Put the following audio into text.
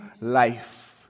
life